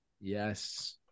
Yes